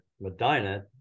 Medina